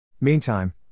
Meantime